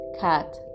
Cat